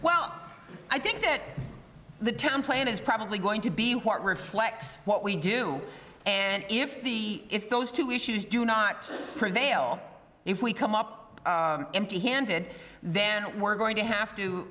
well i think that the term plan is probably going to be what reflects what we do and if the if those two issues do not prevail if we come up empty handed then we're going to have to